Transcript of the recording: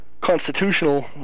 constitutional